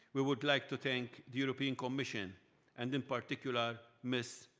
we would like to thank the european commission and in particular ms.